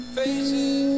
faces